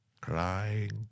crying